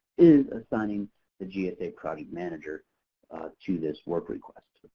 is assigning the gsa project manager to this work request.